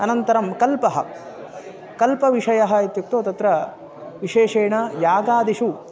अनन्तरं कल्पः कल्पविषयः इत्युक्तौ तत्र विशेषेण यागादिषु